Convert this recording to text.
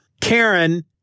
Karen